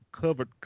covered